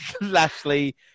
Lashley